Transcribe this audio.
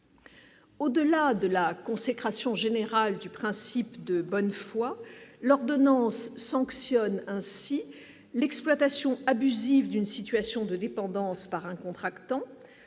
Au-delà de la consécration général du principe de bonne foi, l'ordonnance sanctionne ainsi l'exploitation abusive d'une situation de dépendance par un contractant